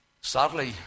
Sadly